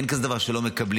אין דבר כזה שלא מקבלים.